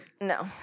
No